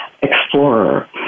explorer